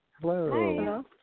Hello